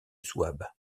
souabe